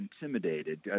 intimidated